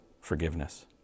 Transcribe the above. forgiveness